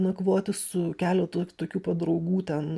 nakvoti su keletu tokių pat draugų ten